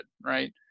right